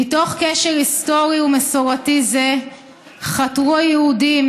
"מתוך קשר היסטורי ומסורתי זה חתרו היהודים